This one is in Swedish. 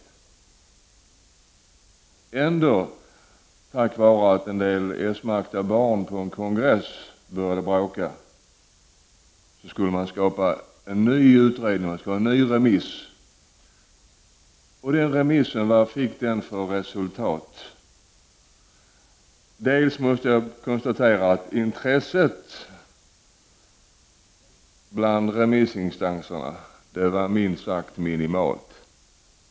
Men på grund av att en del s-märkta barn på en kongress började bråka skulle man göra en ny utredning och en ny remissomgång. Vad fick det för resultat? Först måste jag dock konstatera att intresset bland remissinstanserna var minst sagt minimalt.